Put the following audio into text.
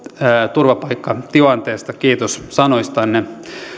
turvapaikkatilanteesta kiitos sanoistanne